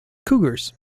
cougars